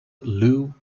lou